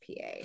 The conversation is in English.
PA